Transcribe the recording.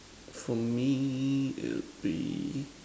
for me it'll be